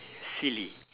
silly